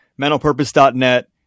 mentalpurpose.net